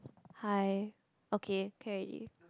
hi okay can already